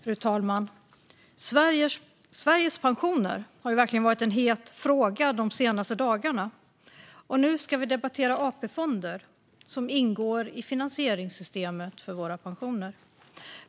Fru talman! Sveriges pensioner har ju verkligen varit en het fråga de senaste dagarna. Nu ska vi debattera AP-fonder, som ingår i finansieringssystemet för våra pensioner.